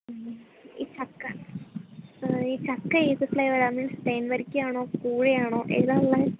ഈ ചക്ക ഈ ചക്ക ഏതു ഫ്ളേവറാണ് മീൻസ് തേൻ വരിക്കയാണോ കൂഴയാണോ ഏതാ ഉള്ളത്